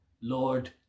Lord